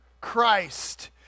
Christ